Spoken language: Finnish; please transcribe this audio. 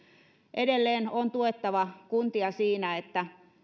edelleen on tuettava kuntia siinä että ne